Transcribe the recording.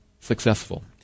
successful